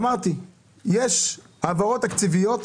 אמרתי שיש העברות תקציביות